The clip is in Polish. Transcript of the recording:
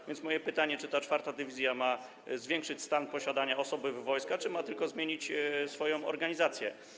A więc moje pytanie, czy ta czwarta dywizja ma zwiększyć stan posiadania, jeżeli chodzi o osoby w wojsku, czy ma tylko zmienić swoją organizację.